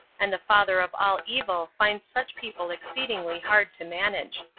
and the father of all evil finds such people exceedingly hard to manage.